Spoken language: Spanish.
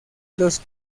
los